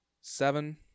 seven